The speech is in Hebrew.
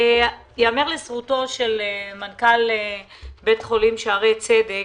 ייאמר לזכותו של מנכ"ל בית חולים שערי צדק,